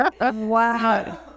Wow